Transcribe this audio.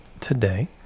today